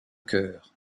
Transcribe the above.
cœur